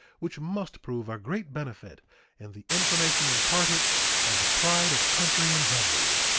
which must prove a great benefit in the information imparted and pride of country engendered.